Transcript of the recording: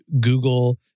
Google